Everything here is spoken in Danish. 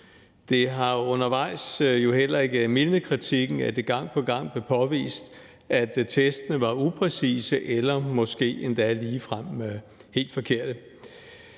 Det har jo undervejs heller ikke mildnet kritikken, at det gang på gang blev påvist, at testene var upræcise eller måske endda ligefrem helt forkerte.